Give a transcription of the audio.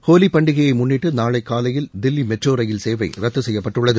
ஹோலி பண்டிகையை முன்னிட்டு நாளை காலையில் தில்வி மெட்ரோ ரயில் சேவை ரத்து செய்யப்பட்டுள்ளது